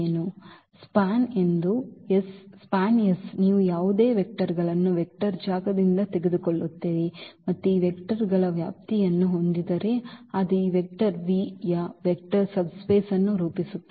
ಇದು SPAN ಎಂದು SPAN ನೀವು ಯಾವುದೇ ವೆಕ್ಟರ್ಗಳನ್ನು ವೆಕ್ಟರ್ ಜಾಗದಿಂದ ತೆಗೆದುಕೊಳ್ಳುತ್ತೀರಿ ಮತ್ತು ಈ ವೆಕ್ಟರ್ಗಳ ವ್ಯಾಪ್ತಿಯನ್ನು ಹೊಂದಿದ್ದರೆ ಅದು ಆ ವೆಕ್ಟರ್ V ಯ ವೆಕ್ಟರ್ ಸಬ್ಸ್ಪೇಸ್ ಅನ್ನು ರೂಪಿಸುತ್ತದೆ